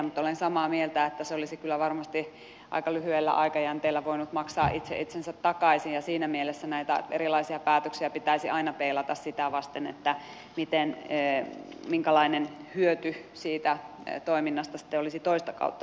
mutta olen samaa mieltä että se olisi kyllä varmasti aika lyhyellä aikajänteellä voinut maksaa itse itsensä takaisin ja siinä mielessä näitä erilaisia päätöksiä pitäisi aina peilata sitä vasten minkälainen hyöty toiminnasta olisi toista kautta saatavissa